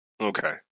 Okay